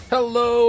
Hello